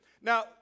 Now